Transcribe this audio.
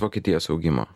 vokietijos augimo